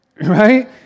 right